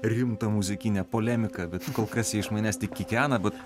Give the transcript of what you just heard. rimtą muzikinę polemiką bet kol kas jie iš manęs tik kikena bet